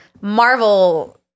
Marvel